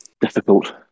difficult